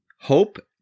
Hope